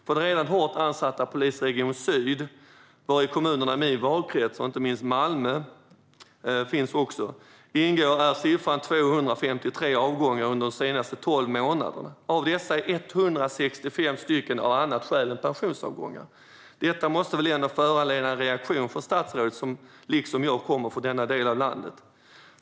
För den redan hårt ansatta Polisregion syd, vari kommunerna i min valkrets och inte minst Malmö ingår, är siffran 253 avgångar under de senaste tolv månaderna. Av dessa är 165 av annat skäl än pensionsavgångar. Detta måste väl ändå föranleda en reaktion från statsrådet, som liksom jag kommer från denna del av landet?